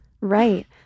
Right